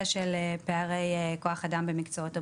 של פערי כוח אדם במקצועות הבריאות.